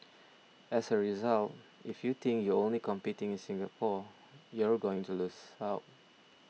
as a result if you think you're only competing in Singapore you're going to lose out